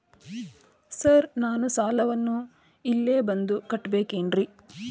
Sir ನಾನು ಸಾಲವನ್ನು ಇಲ್ಲೇ ಬಂದು ಕಟ್ಟಬೇಕೇನ್ರಿ?